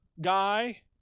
guy